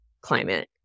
climate